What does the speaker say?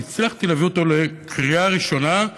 אבל הצלחתי להביא אותו לקריאה ראשונה,